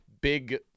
big